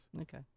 Okay